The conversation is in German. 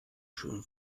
schön